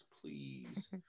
please